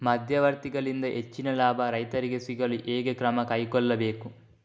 ಮಧ್ಯವರ್ತಿಗಳಿಂದ ಹೆಚ್ಚಿನ ಲಾಭ ರೈತರಿಗೆ ಸಿಗಲು ಹೇಗೆ ಕ್ರಮ ಕೈಗೊಳ್ಳಬೇಕು?